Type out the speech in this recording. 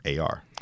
AR